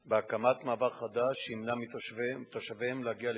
בהקמת מעבר חדש שימנע מתושביהן להגיע לירושלים.